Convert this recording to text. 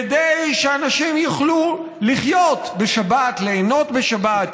כדי שאנשים יוכלו לחיות בשבת, ליהנות בשבת.